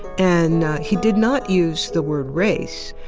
and he did not use the word race,